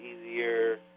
easier